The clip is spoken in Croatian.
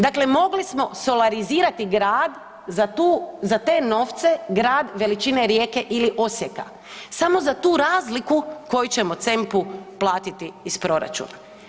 Dakle, mogli smo solarizirati grad za te novce, grad veličine Rijeke ili Osijeka, samo za tu razliku koju ćemo CEMP-u platiti iz proračuna.